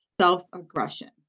self-aggression